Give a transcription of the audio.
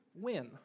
Win